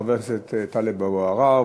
חבר הכנסת טלב אבו עראר,